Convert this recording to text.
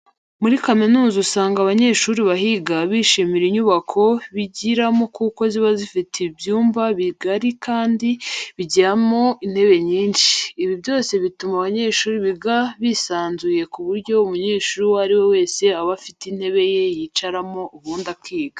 Muri kaminuza usanga abanyeshuri bahiga bishimira inyubako bigiramo kuko ziba zifite ibyumba bigari kandi bijyamo intebe nyinshi. Ibi byose bituma abanyeshuri biga bisanzuye ku buryo umunyeshuri uwo ari we wese aba afite intebe ye yicaramo ubundi akiga.